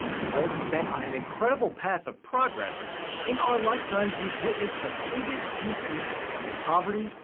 the world has been on an incredible path of progress in our lifetimes we've witnessed the biggest decrease in poverty,